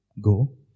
go